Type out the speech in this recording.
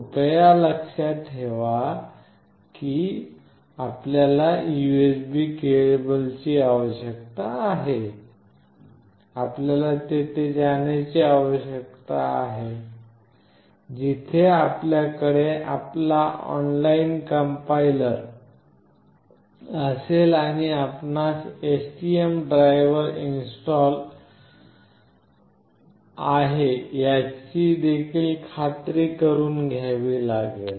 कृपया लक्षात ठेवा की आपल्याला USB केबलची आवश्यकता आहे आपल्याला येथे जाण्याची आवश्यकता आहे जिथे आपल्याकडे आपला ऑनलाइन कंपाईलर असेल आणि आपणास STM ड्रायव्हर इन्स्टॉल आहे याची देखील खात्री करुन घ्यावी लागेल